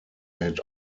had